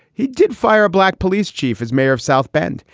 he did fire a black police chief as mayor of south bend.